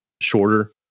shorter